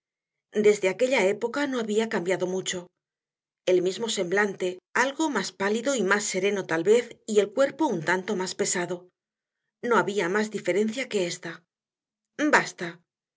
desde aquella época no había cambiado mucho el mismo semblante algo más pálido y más sereno tal vez y el cuerpo un tanto más pesado no había más diferencia que ésta basta